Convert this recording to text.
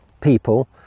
people